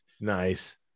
nice